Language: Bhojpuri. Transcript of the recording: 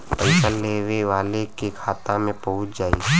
पइसा लेवे वाले के खाता मे पहुँच जाई